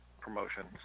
promotions